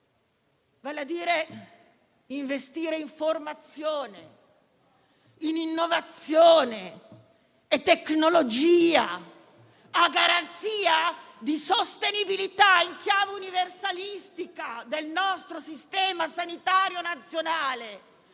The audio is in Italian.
Vale a dire: investire in formazione, innovazione e tecnologia, a garanzia di sostenibilità in chiave universalistica del nostro sistema sanitario nazionale